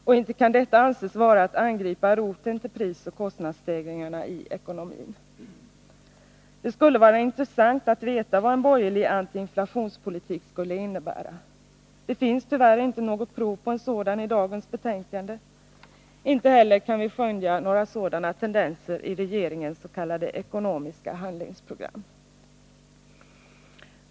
Och inte kan detta anses vara att angripa roten till prisoch kostnadsstegringarna i ekonomin. Det skulle vara intressant att veta vad en borgerlig antiinflationspolitik skulle innebära. Tyvärr finns det inte något prov på en sådan i dagens betänkande. Inte heller kan vi skönja några sådana tendenser i regeringens s.k. ekonomiska handlingsprogram.